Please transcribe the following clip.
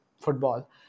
football